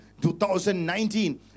2019